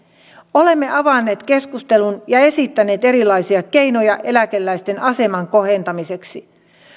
olemme avanneet keskustelun ja esittäneet erilaisia keinoja eläkeläisten aseman kohentamiseksi